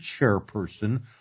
chairperson